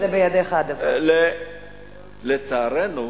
לצערנו,